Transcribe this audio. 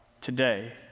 today